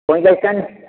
ପଇଁଚାଳିଶ ଟଙ୍କା